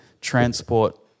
transport